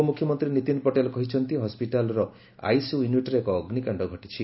ଉପମୁଖ୍ୟମନ୍ତ୍ରୀ ନୀତିନ ପଟେଲ କହିଛନ୍ତି ହସ୍କିଟାଲର ଆଇସିୟୁ ୟୁନିଟ୍ରେ ଏହି ଅଗ୍ନିକାଣ୍ଡ ଘଟିଛି